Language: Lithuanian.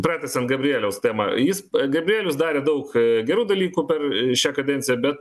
pratęsiant gabrieliaus temą jis gabrielius darė daug gerų dalykų per šią kadenciją bet